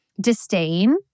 disdain